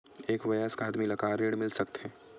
एक वयस्क आदमी ला का ऋण मिल सकथे?